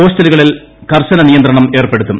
ഹോസ്റ്റലുകളിൽ കൂകർശന നിയന്ത്രണം ഏർപ്പെടുത്തും